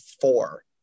four